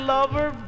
Lover